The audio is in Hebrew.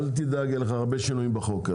אל תדאג, יהיו לך הרבה שינויים בוועדה.